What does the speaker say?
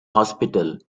hospital